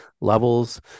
levels